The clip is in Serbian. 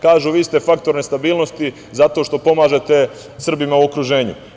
Kažu – vi ste faktor nestabilnosti zato što pomažete Srbima u okruženju.